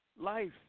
life